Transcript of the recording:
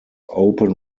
open